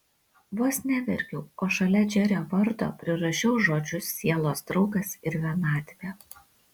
vos neverkiau o šalia džerio vardo prirašiau žodžius sielos draugas ir vienatvė